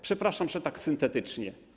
Przepraszam, że tak syntetycznie.